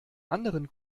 anderen